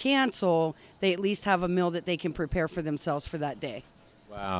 cancel they at least have a mill that they can prepare for themselves for that day